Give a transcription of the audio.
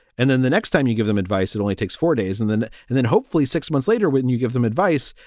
and then the next time you give them advice, it only takes four days. and then and then hopefully six months later, when and you give them advice,